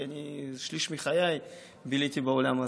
כי שליש מחיי ביליתי בעולם הזה,